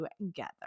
together